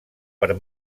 per